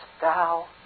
thou